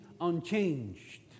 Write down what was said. unchanged